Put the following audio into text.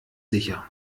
sicher